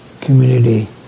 community